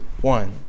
one